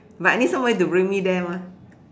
but I need somebody to bring me there mah